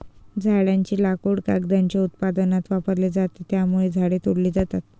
झाडांचे लाकूड कागदाच्या उत्पादनात वापरले जाते, त्यामुळे झाडे तोडली जातात